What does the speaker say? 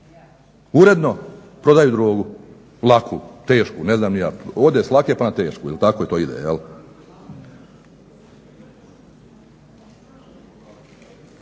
uredno prodaju drogu, laku, tešku, ne znam ni ja. Ode s lake pa na tešku, jel' tako to ide.